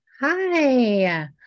Hi